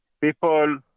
People